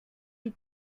die